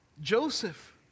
Joseph